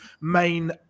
main